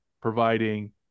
providing